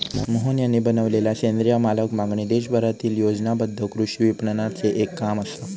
मोहन यांनी बनवलेलला सेंद्रिय मालाक मागणी देशभरातील्या नियोजनबद्ध कृषी विपणनाचे एक काम असा